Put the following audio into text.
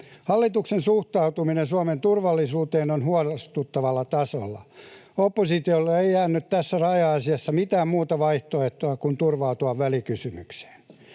Hallituksen suhtautuminen Suomen turvallisuuteen on huolestuttavalla tasolla. Oppositiolle ei jäänyt tässä raja-asiassa mitään muuta vaihtoehtoa kuin turvautua välikysymykseen.